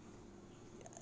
ya